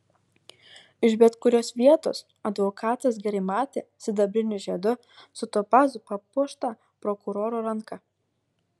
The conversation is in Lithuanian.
iš bet kurios vietos advokatas gerai matė sidabriniu žiedu su topazu papuoštą prokuroro ranką